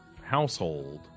household